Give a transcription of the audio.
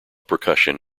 percussion